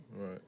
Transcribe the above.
Right